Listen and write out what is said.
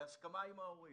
בהסכמה עם ההורים,